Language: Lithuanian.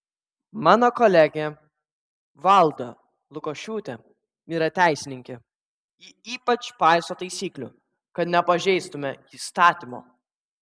mano kolegė valda lukošiūtė yra teisininkė ji ypač paiso taisyklių kad nepažeistume įstatymo